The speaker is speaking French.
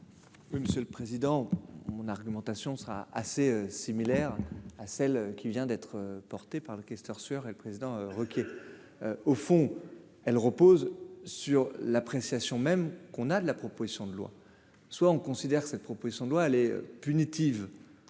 Oui, monsieur le président, mon argumentation sera assez similaire à celle qui vient d'être porté par le questeur sueur et président Ruquier, au fond, elle repose sur l'appréciation même qu'on a de la proposition de loi, soit on considère que cette proposition de loi est punitive